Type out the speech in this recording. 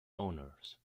owners